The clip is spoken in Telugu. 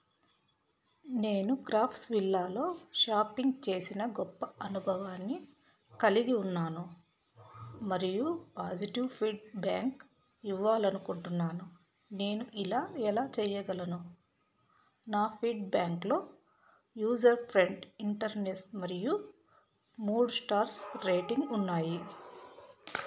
నేను క్రాక్స్ విల్లాలో షాపింగ్ చేసిన గొప్ప అనుభవాన్ని కలిగి ఉన్నాను మరియు పాజిటివ్ ఫిడ్బ్యాంక్ ఇవ్వాలనుకుంటున్నాను నేను ఇలా ఎలా చేయగలను నా ఫిడ్బ్యాంక్లో యూజర్ ప్రెంట్ ఇంటెర్నెస్ మరియు మూడు స్టార్స్ రేటింగ్ ఉన్నాయి